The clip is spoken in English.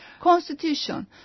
constitution